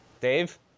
Dave